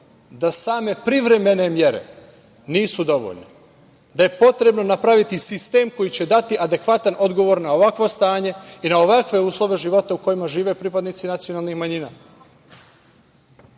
da same privremene mere nisu dovoljne, da je potrebno napraviti sistem koji će dati adekvatan odgovor na ovakvo stanje i na ovakve uslove života u kojima žive pripadnici nacionalnih manjina.